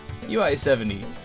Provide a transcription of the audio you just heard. UI70